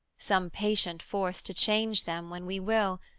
some patient force to change them when we will,